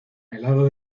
helado